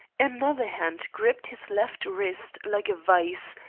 another hand gripped his left wrist like a vice,